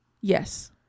Yes